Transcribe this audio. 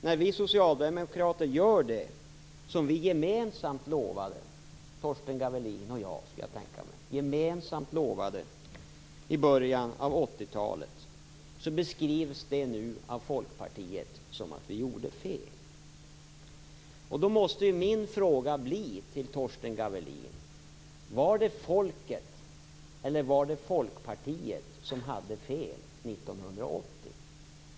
När vi socialdemokrater nu gör det som vi gemensamt lovade, Torsten Gavelin och jag, i början av 80-talet beskrivs det av Folkpartiet som att vi gör fel. Då måste min fråga bli: Var det folket eller var det Folkpartiet som hade fel 1980?